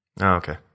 okay